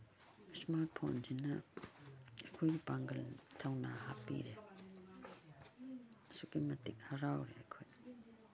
smart ꯐꯣꯟꯁꯤꯅ ꯑꯩꯈꯣꯏꯒꯤ ꯄꯥꯡꯒꯜ ꯊꯧꯅꯥ ꯍꯥꯞꯄꯤꯔꯦ ꯑꯁꯨꯛꯀꯤ ꯃꯇꯤꯛ ꯍꯔꯥꯎꯔꯦ ꯑꯩꯈꯣꯏꯗ